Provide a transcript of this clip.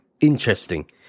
Interesting